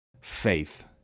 faith